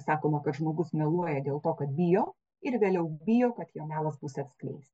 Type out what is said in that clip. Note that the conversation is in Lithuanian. sakoma kad žmogus meluoja dėl to kad bijo ir vėliau bijo kad jo melas bus atskleistas